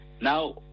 Now